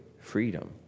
freedom